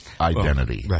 identity